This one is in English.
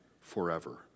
forever